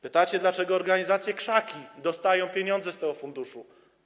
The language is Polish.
Pytacie, dlaczego organizacje krzaki dostają pieniądze z tego funduszu.